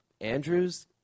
Andrews